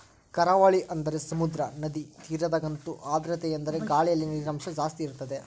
ಕರಾವಳಿ ಅಂದರೆ ಸಮುದ್ರ, ನದಿ ತೀರದಗಂತೂ ಆರ್ದ್ರತೆಯೆಂದರೆ ಗಾಳಿಯಲ್ಲಿ ನೀರಿನಂಶ ಜಾಸ್ತಿ ಇರುತ್ತದೆ